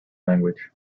language